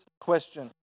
question